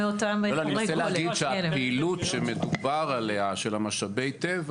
הפעילות שמדובר של משאבי הטבע,